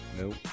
Nope